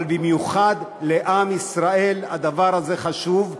אבל במיוחד לעם ישראל הדבר הזה חשוב,